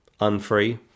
unfree